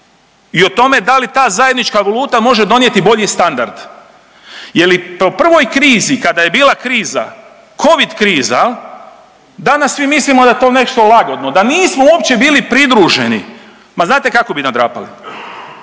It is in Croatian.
i o tome da li ta zajednička valuta može donijeti bolji standard. Je li po prvoj krizi kada je bila kriza, Covid kriza danas svi mislimo da je to nešto lagano, da nismo uopće bili pridruženi, ma znate kako bi nadrapali.